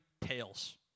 Tales